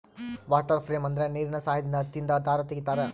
water frame ಅಂದ್ರೆ ನೀರಿನ ಸಹಾಯದಿಂದ ಹತ್ತಿಯಿಂದ ದಾರ ತಗಿತಾರ